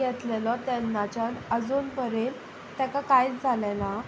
घेतलेलो तेन्नाच्यान आजून मेरेन ताका कांयच जालें ना